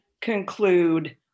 conclude